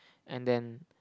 and then